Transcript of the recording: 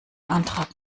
antrag